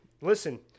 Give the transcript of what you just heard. Listen